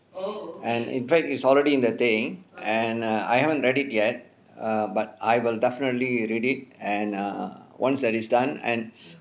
and in fact is already in the thing and err I haven't read it yet err but I will definitely read it and err once that is done and